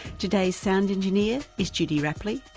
today's sound engineer is judy rapley,